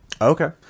Okay